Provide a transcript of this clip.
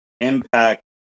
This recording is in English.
Impact